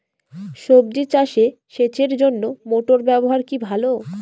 সবজি চাষে সেচের জন্য মোটর ব্যবহার কি ভালো?